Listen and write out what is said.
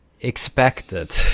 expected